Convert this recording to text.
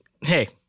Hey